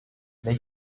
they